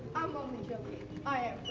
i'm only joking, i am